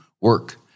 work